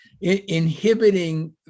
inhibiting